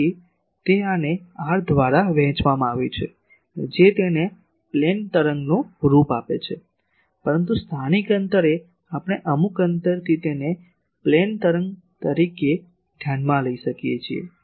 તેથી તે આને r દ્વારા વહેંચવામાં આવ્યું છે જે તેને પ્લેન તરંગનું રૂપ આપે છે પરંતુ સ્થાનિક અંતરે આપણે અમુક અંતરથી તેને પ્લેન તરંગ તરીકે ધ્યાનમાં લઈ શકીએ છીએ